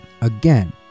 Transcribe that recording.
Again